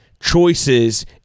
choices